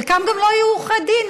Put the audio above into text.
חלקם גם לא יהיו עורכי דין,